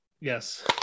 Yes